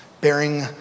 bearing